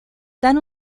tan